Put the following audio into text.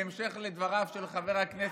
בהמשך לדבריו של חבר הכנסת,